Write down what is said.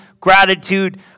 gratitude